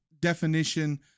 definition